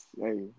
hey